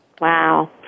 Wow